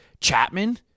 Chapman